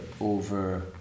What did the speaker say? over